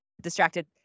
distracted